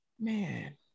man